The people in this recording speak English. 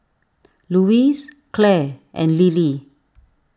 Louise Clare and Lillie